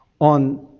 on